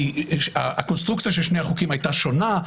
כי הקונסטרוקציה של שני החוקים הייתה שונה,